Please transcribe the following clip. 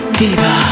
diva